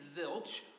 zilch